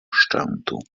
szczętu